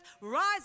rise